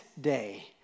day